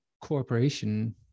corporation